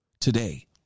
today